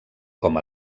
com